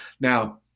now